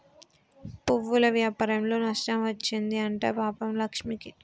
పువ్వుల వ్యాపారంలో నష్టం వచ్చింది అంట పాపం లక్ష్మికి